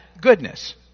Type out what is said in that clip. goodness